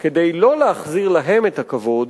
לא כדי להחזיר להם את הכבוד,